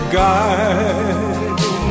guide